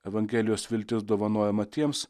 evangelijos viltis dovanojama tiems